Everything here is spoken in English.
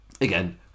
again